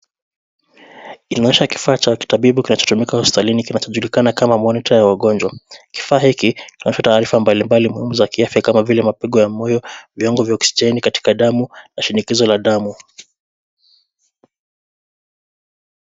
Inaonyesha kifaa cha kitabibu kinachotumika hospitalini kinachojulikana kama monita ya wagonjwa . Kifaa hiki kina taarifa mbali mbali muhimu za kiafya kama vile mapigo ya moyo , viwango ya oxigeni katika damu na shinikizo la damu.